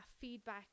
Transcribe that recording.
feedback